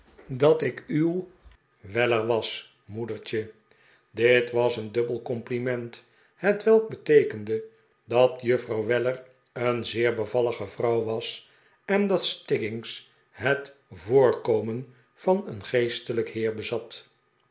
dat ik uw weller was moedertje dit was een dubbel compliment hetwelk beteekende dat juffrouw weller een zeer bevallige vrouw was en dat stiggins het voorkomen van een geestelijk heer bezat